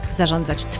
zarządzać